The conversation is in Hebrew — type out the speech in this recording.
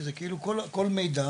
כל מידע